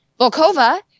Volkova